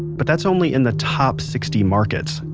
but that's only in the top sixty markets.